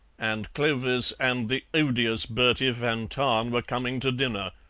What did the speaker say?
and clovis and the odious bertie van tahn were coming to dinner.